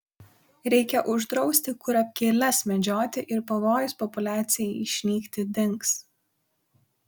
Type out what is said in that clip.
reikia uždrausti kurapkėles medžioti ir pavojus populiacijai išnykti dings